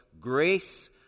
grace